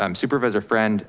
um supervisor friend,